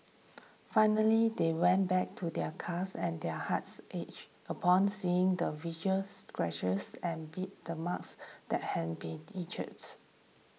finally they went back to their cars and their hearts ached upon seeing the visuals scratches and bite the marks that had been